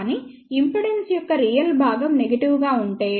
కానీ ఇంపిడెన్స్ యొక్క రియల్ భాగం నెగిటివ్ గా ఉంటే